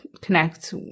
connect